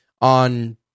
on